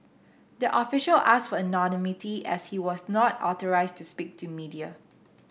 the official asked for anonymity as he was not authorised to speak to media